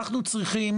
אנו צריכים